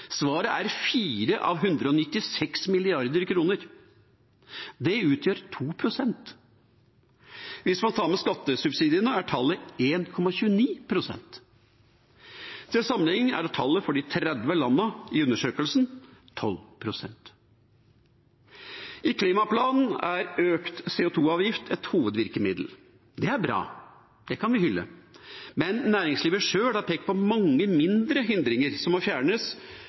Svaret er 4 av 196 mrd. kr. Det utgjør 2 pst. Hvis man tar med skattesubsidiene, er tallet 1,29 pst. Til sammenlikning er tallet for de 30 landene i undersøkelsen 12 pst. I klimaplanen er økt CO 2 -avgift et hovedvirkemiddel. Det er bra. Det kan vi hylle. Men næringslivet sjøl har pekt på mange mindre hindringer som må fjernes